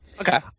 Okay